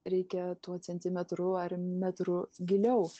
reikia tuo centimetru ar metru giliau